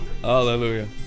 Hallelujah